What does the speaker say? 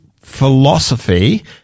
philosophy